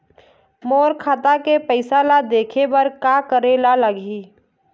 मोर खाता के पैसा ला देखे बर का करे ले लागही?